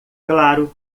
claro